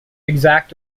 exact